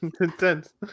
intense